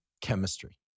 chemistry